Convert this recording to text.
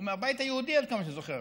הוא מהבית היהודי, עד כמה שאני זוכר.